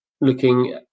Looking